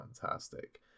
fantastic